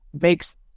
makes